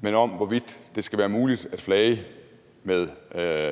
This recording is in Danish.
men om det skal være muligt at flage med